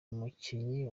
umukinnyi